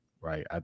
right